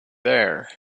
there